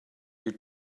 your